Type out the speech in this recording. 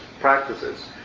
practices